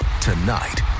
Tonight